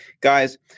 Guys